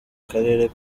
karere